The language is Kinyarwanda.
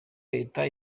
leta